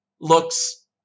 looks